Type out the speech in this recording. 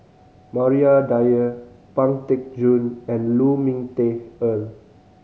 Maria Dyer Pang Teck Joon and Lu Ming Teh Earl